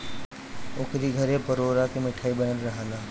ओकरी घरे परोरा के मिठाई बनल रहल हअ